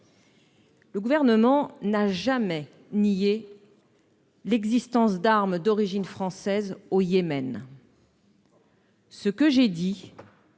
Le gouvernement n'a jamais nié l'existence d'armes d'origine française au Yémen. Ce que j'ai dit